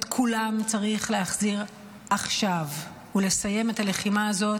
את כולם צריך להחזיר עכשיו, לסיים את הלחימה הזאת